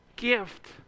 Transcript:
Gift